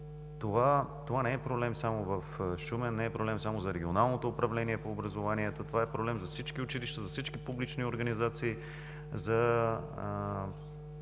това не е проблем само в Шумен, не е проблем само за Регионалното управление на образованието. Това е проблем за всички училища, за всички публични организации, за